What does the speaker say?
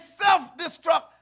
self-destruct